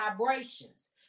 vibrations